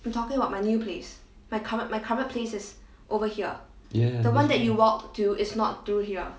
ya ya ya